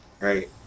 right